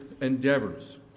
endeavors